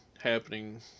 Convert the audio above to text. happening